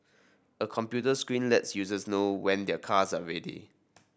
a computer screen lets users know when their cars are ready